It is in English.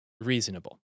reasonable